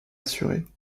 assurée